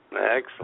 Excellent